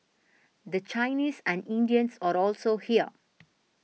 the Chinese and Indians are also here